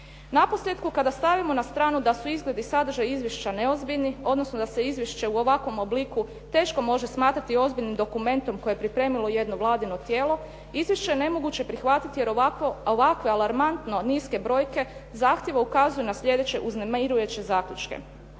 Naposljetku, kada stavimo na stranu da su izgled i sadržaj izvješća neozbiljni odnosno da se izvješće u ovakvom obliku teško može smatrati ozbiljnim dokumentom koje je pripremilo jedno vladino tijelo, izvješće je nemoguće prihvatiti jer ovakve alarmantno niske brojke zahtjeva ukazuje na sljedeće uznemirujuće zaključke.